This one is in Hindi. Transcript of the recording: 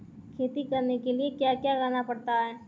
खेती करने के लिए क्या क्या करना पड़ता है?